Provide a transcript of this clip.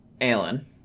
Alan